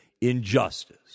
injustice